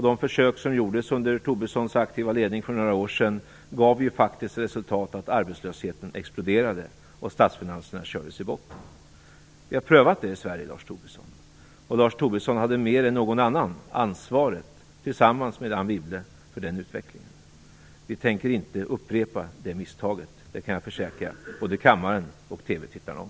De försök som gjordes under Lars Tobissons aktiva ledning för några år sedan gav faktiskt till resultat att arbetslösheten exploderade och att statsfinanserna kördes i botten. Vi har prövat det i Sverige, Lars Tobisson. Lars Tobisson hade mer än någon annan tillsammans med Anne Wibble ansvaret för den utvecklingen. Vi tänker inte upprepa det misstaget. Det kan jag försäkra både kammaren och TV-tittarna om.